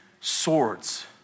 swords